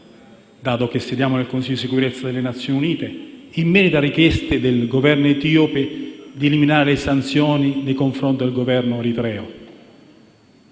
dato che sediamo all'interno del Consiglio di sicurezza delle Nazioni Unite - in merito alle richieste del Governo etiope di eliminare le sanzioni nei confronti del Governo eritreo.